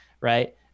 right